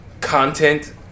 content